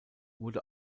wurde